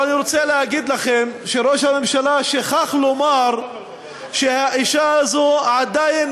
אבל אני רוצה להגיד לכם שראש הממשלה שכח לומר שהאישה הזאת עדיין